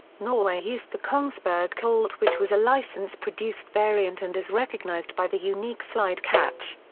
norway used the kongsberg colt which was a license produced variant and is recognized by the unique slide catch.